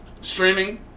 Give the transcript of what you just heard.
streaming